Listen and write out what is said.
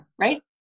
right